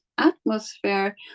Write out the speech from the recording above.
Atmosphere